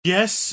Yes